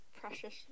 precious